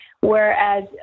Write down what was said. Whereas